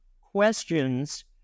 questions